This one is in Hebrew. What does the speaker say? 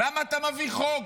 למה אתה מביא חוק?